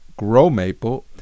GrowMaple